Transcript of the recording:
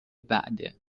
بعده